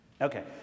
Okay